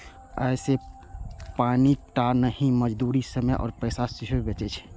अय से पानिये टा नहि, मजदूरी, समय आ पैसा सेहो बचै छै